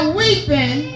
weeping